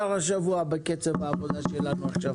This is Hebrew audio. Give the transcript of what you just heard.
בקצב העבודה שלנו עכשיו,